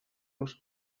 los